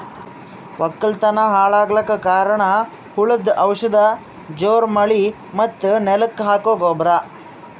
ವಕ್ಕಲತನ್ ಹಾಳಗಕ್ ಕಾರಣ್ ಹುಳದು ಔಷಧ ಜೋರ್ ಮಳಿ ಮತ್ತ್ ನೆಲಕ್ ಹಾಕೊ ಗೊಬ್ರ